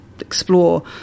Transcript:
Explore